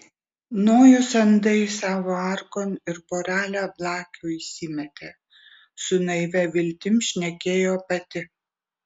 nojus andai savo arkon ir porelę blakių įsimetė su naivia viltim šnekėjo pati